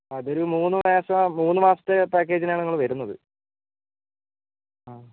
അതൊരു മൂന്ന് മാസം മൂന്ന് മാസത്തെ പാക്കേജിനാണ് ഞങ്ങള് വരുന്നത് ആ